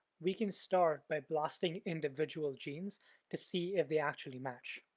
we can start by blasting individual genes to see if they actually match.